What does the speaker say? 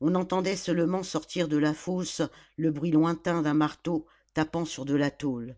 on entendait seulement sortir de la fosse le bruit lointain d'un marteau tapant sur de la tôle